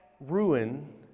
ruin